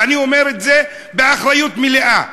ואני אומר את זה באחריות מלאה.